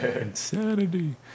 insanity